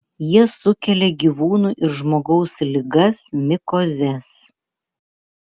jie sukelia gyvūnų ir žmogaus ligas mikozes